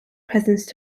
presence